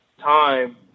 time